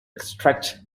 extract